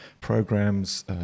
programs